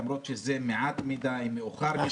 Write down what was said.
למרות שזה מעט מדי ומאוחר מדי.